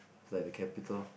it's like the capital